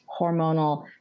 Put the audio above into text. hormonal